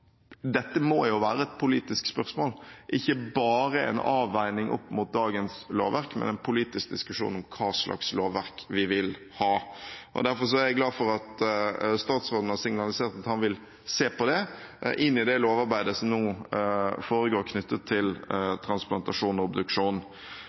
dette må være et politisk spørsmål – ikke bare en avveining opp mot dagens lovverk, men en politisk diskusjon om hva slags lovverk vi vil ha. Derfor er jeg glad for at statsråden har signalisert at han vil se på det i det lovarbeidet som nå foregår knyttet til